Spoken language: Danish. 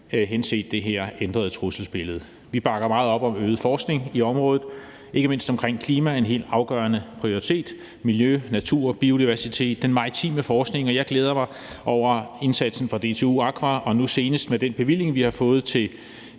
henset til det her ændrede trusselsbillede. Vi bakker meget op om øget forskning i området, ikke mindst omkring klima, som er en helt afgørende prioritet, miljø, natur, biodiversitet og den maritime forskning. Og jeg glæder mig over indsatsen fra DTU Aqua og nu senest med den bevilling, vi har fået til